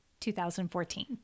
2014